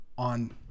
On